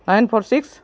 nine four six